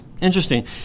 Interesting